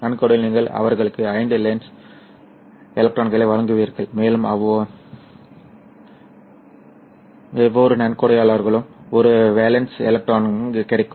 நன்கொடைகளில் நீங்கள் அவர்களுக்கு ஐந்து வேலன்ஸ் எலக்ட்ரான்களை வழங்குவீர்கள் மேலும் ஒவ்வொரு நன்கொடையாளர்களுக்கும் ஒரு வேலன்ஸ் எலக்ட்ரான் கிடைக்கும்